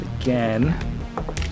again